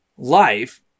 life